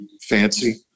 fancy